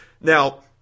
Now